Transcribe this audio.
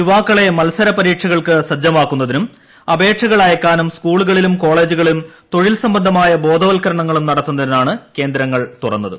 യുവാക്കളെ മത്സരപരീക്ഷ കൾക്ക് സജ്ജമാക്കുന്നതിനും അപേക്ഷകൾ അയയ്ക്കാനും സ്കൂളുക ളിലും കോളേജുകളിലും തൊഴിൽ സംബന്ധമായ ബോധവൽക്കരണ ങ്ങളും നടത്തുന്നതിനാണ് കേന്ദ്രങ്ങൾ തുറന്നത്